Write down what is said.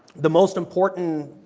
the most important,